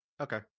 Okay